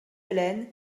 helene